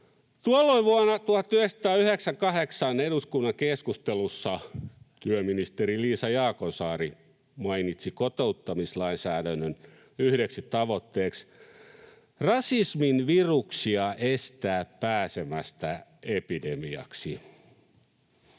Tuolloin vuonna 1998 eduskunnan keskustelussa työministeri Liisa Jaakonsaari mainitsi kotouttamislainsäädännön yhdeksi tavoitteeksi estää rasismin viruksia pääsemästä epidemiaksi.